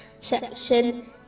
section